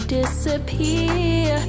Disappear